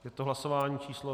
Je to hlasování číslo 383.